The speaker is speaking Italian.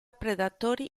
predatori